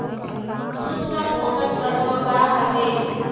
सूक्ष्म पोषक तत्व का हर हे?